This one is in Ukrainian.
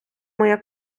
моя